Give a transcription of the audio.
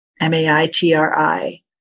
M-A-I-T-R-I